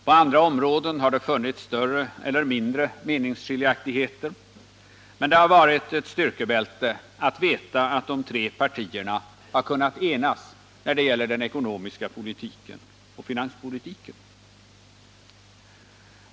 På andra områden har det funnits större eller mindre meningsskiljaktigheter, men det har varit ett styrkebälte att veta att de tre partierna kunnat enas när det gäller den ekonomiska politiken och finanspolitiken.